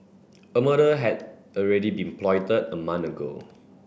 a murder had already been plotted a month ago